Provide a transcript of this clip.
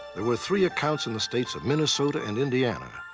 there were three accounts in the states of minnesota and indiana,